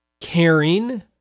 caring